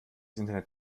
internet